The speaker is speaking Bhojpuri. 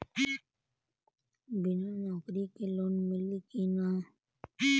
बिना नौकरी के लोन मिली कि ना?